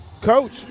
coach